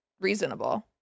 reasonable